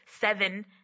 seven